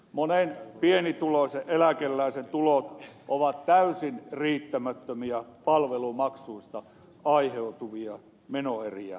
monen pienituloisen eläkeläisen tulot ovat täysin riittämättömiä palvelumaksuista aiheutuvia menoeriä kattamaan